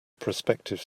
prospective